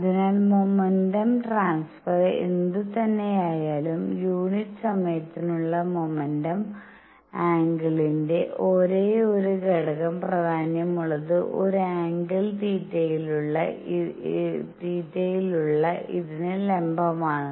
അതിനാൽ momentum transfer എന്തുതന്നെയായാലും unit സമയത്തിനുള്ള മൊമെന്റം ആംഗിളിന്റെ ഒരേയൊരു ഘടകം പ്രാധാന്യമുള്ളത് ഒരു ആംഗിൾ തീറ്റയിലുള്ള ഇതിന് ലംബമാണ്